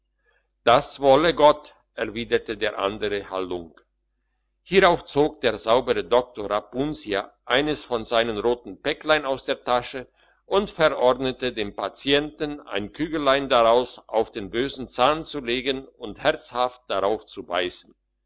das wolle gott erwiderte der andere halunk hierauf zog der saubere doktor rapunzia eines von seinen roten päcklein aus der tasche und verordnete dem patienten ein kügelein daraus auf den bösen zahn zu legen und herzhaft darauf zu